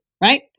right